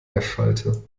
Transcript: erschallte